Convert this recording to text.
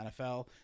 NFL